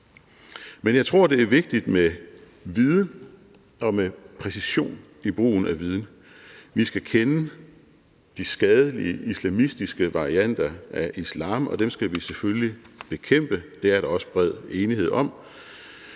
Men jeg tror, det er vigtigt med viden og med præcision i brugen af viden. Vi skal kende de skadelige islamistiske varianter af islam, og dem skal vi selvfølgelig bekæmpe. Det er der også bred enighed om.